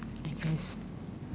I guess